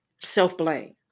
self-blame